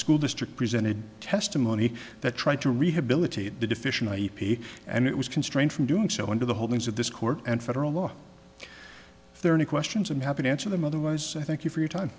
school district presented testimony that tried to rehabilitate the deficient and it was constrained from doing so under the holdings of this court and federal law thirty questions i'm happy to answer them otherwise i thank you for your time